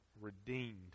redeemed